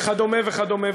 וכדומה וכדומה,